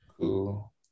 Cool